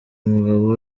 umugabo